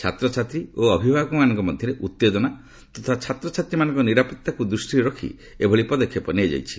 ଛାତ୍ରଛାତ୍ରୀ ଓ ଅଭିଭାବକମାନଙ୍କ ମଧ୍ୟରେ ଉତ୍ତେଜନା ତଥା ଛାତ୍ରଛାତ୍ରୀମାନଙ୍କ ନିରାପଭାକୁ ଦୃଷ୍ଟିରେ ରଖି ଏଭଳି ପଦକ୍ଷେପ ନିଆଯାଇଛି